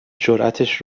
جراتش